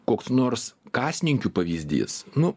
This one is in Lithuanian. koks nors kasininkių pavyzdys nu